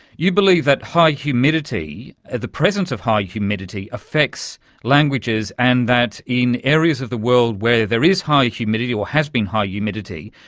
you believe that high humidity, the presence of high humidity affects languages, and that in areas of the world where there is high humidity or has been high humidity,